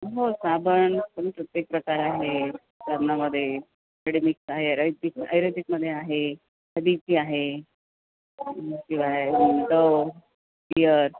हो साबण पण प्रत्येक प्रकार आहे साबणामध्ये मेडिमिक्स आहे रायदिक आयुर्वेदिकमध्ये आहे हळदीची आहे शिवाय डव पिअर